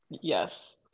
Yes